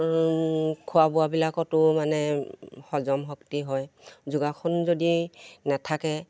খোৱা বোৱাবিলাকতো মানে হজম শক্তি হয় যোগাসন যদি নাথাকে